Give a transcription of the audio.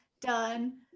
done